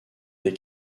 des